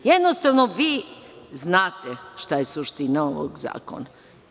Jednostavno vi znate šta je suština ovog zakona.